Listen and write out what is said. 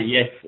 Yes